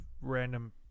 random